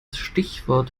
stichwort